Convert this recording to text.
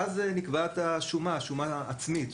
ואז נקבעת השומה שהיא שומה עצמית,